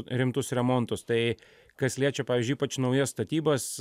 rimtus remontus tai kas liečia pavyzdžiui ypač naujas statybas